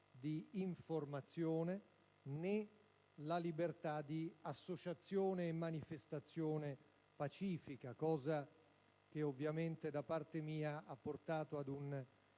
di informazione, né la libertà di associazione e manifestazione pacifica, cosa che ovviamente ha ricevuto da parte mia un